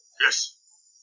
Yes